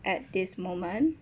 at this moment